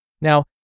Now